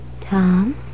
Tom